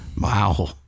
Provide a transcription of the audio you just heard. Wow